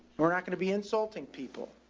we're not going to be insulting people.